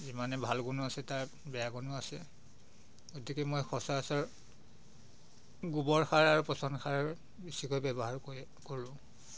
যিমানেই ভাল গুণো আছে তাৰ বেয়া গুণো আছে গতিকে মই সচৰাচৰ গোবৰ সাৰ আৰু পচন সাৰ বেছিকৈ ব্যৱহাৰ কৰি কৰোঁ